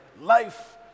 Life